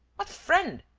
what friend?